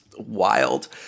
wild